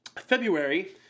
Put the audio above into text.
February